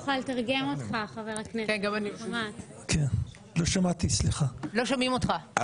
לא שומעים אותך.